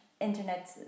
internet